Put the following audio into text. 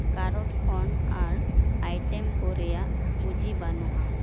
carrot ᱠᱷᱚᱱ ᱟᱨ item ᱠᱚ ᱨᱮᱭᱟᱜ ᱯᱩᱸᱡᱤ ᱵᱟᱱᱩᱜᱼᱟ